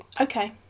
Okay